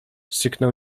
syknął